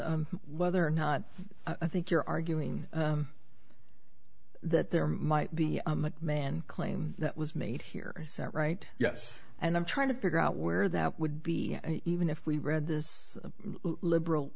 is whether or not i think you're arguing that there might be a man claim that was made here is that right yes and i'm trying to figure out where that would be even if we read this liberal